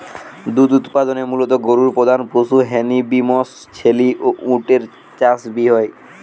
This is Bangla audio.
দুধ উতপাদনে মুলত গরু প্রধান পশু হ্যানে বি মশ, ছেলি আর উট এর চাষ বি হয়